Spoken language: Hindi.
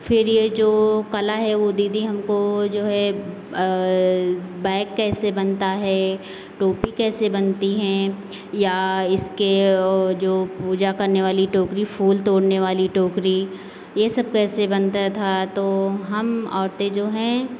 फिर ये जो कला है वो दीदी हमको जो है बैग कैसे बनता है टोपी कैसे बनती हैं या इसके जो पूजा करने वाली टोकरी फूल तोड़ने वाली टोकरी ये सब कैसे बनता था तो हम औरतें जो हैं